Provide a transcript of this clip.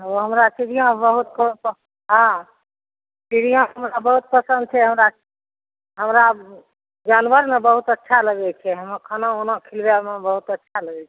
हँ हमरा चिड़ियाँ बहुत हँ चिड़ियाँ हमरा बहुत पसन्द छै हमरा हमरा जानवर ने बहुत अच्छा लगै छै हमरा खाना ओना खिलबैमे बहुत अच्छा लगै छै